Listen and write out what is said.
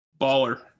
Baller